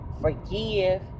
forgive